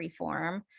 Freeform